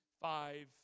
five